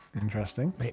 Interesting